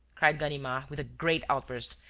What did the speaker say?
cried ganimard, with a great outburst,